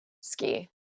Ski